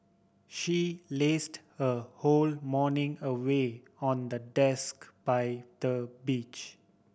she lazed her whole morning away on the desk by the beach